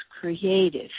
creative